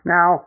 Now